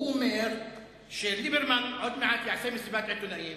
הוא אומר שליברמן עוד מעט יעשה מסיבת עיתונאים